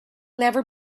never